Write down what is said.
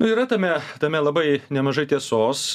nu yra tame tame labai nemažai tiesos